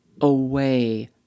away